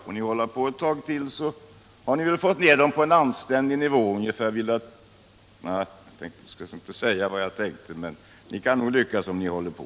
Får ni hålta på ett tag till har ni väl fått ner lönerna på en nivå ungefär vid — nej, jag skall inte säga vad jag tänkte. Ni kan nog lyckas om ni håller på.